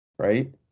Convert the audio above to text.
Right